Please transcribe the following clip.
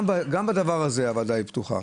גם בדבר הזה הוועדה פתוחה.